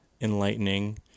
enlightening